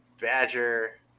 Badger